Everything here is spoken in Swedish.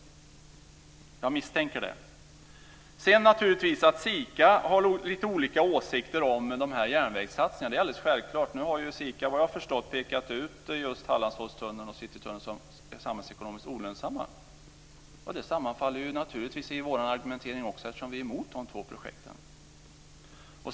Jag misstänker det. Att SIKA har lite olika åsikter om järnvägssatsningar är alldeles självklart. Nu har SIKA pekat ut just Hallandsåstunneln och Citytunneln som samhällsekonomiskt olönsamma. Det sammanfaller med vår argumentering eftersom vi är mot de två projekten.